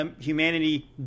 humanity